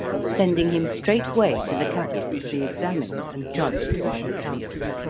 sending him straightway to the capital to be examined and judged by the council.